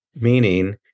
meaning